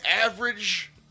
average